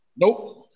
Nope